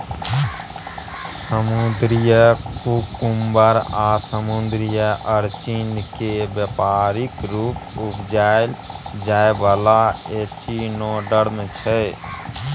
समुद्री कुकुम्बर आ समुद्री अरचिन केँ बेपारिक रुप उपजाएल जाइ बला एचिनोडर्म छै